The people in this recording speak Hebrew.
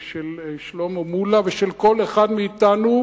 של שלמה מולה ושל כל אחד מאתנו,